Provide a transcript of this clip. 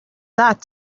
that